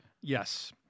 Yes